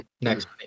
next